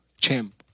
champ